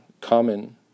common